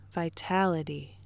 vitality